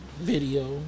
video